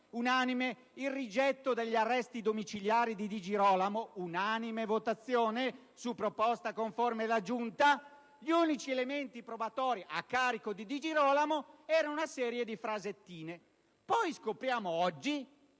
unanime, il rigetto degli arresti domiciliari di Di Girolamo - votazione unanime su proposta conforme della Giunta - gli unici elementi probatori a carico di Di Girolamo erano una serie di «frasettine». Poi scopriamo, oggi,